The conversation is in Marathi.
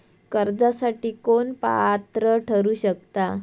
कर्जासाठी कोण पात्र ठरु शकता?